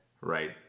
right